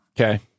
Okay